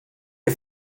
you